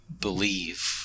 believe